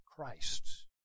Christ